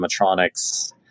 animatronics